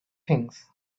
things